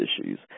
issues